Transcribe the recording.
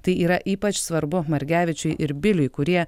tai yra ypač svarbu margevičiui ir biliui kurie